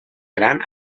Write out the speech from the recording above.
gran